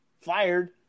fired